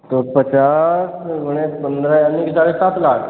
सौ पचास गुना पन्द्रह यानी कि साढ़े सात लाख